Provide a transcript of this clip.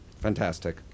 Fantastic